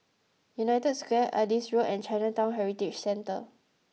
United Square Adis Road and Chinatown Heritage Centre